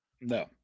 No